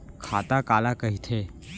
खाता काला कहिथे?